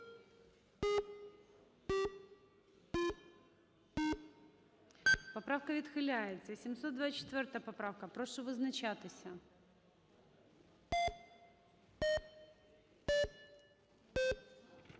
Поправка відхиляється. 724 поправка. Прошу визначатися.